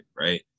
right